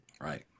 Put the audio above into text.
Right